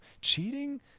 Cheating